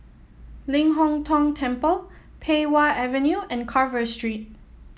Ling Hong Tong Temple Pei Wah Avenue and Carver Street